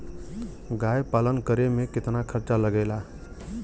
गाय पालन करे में कितना खर्चा लगेला?